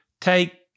take